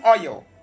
oil